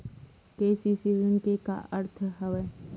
KCC ऋण के का अर्थ हवय?